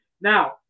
Now